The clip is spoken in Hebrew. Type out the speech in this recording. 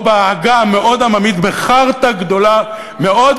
או בעגה המאוד-עממית: בחארטה גדולה מאוד,